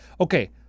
Okay